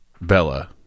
Bella